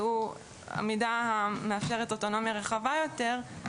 שזה מה שמאפשר אוטונומיה רחבה יותר,